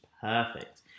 perfect